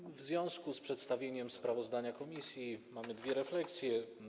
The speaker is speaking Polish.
I w związku z przedstawieniem sprawozdania komisji mamy dwie refleksje.